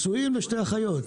אנחנו נשואים לשתי אחיות.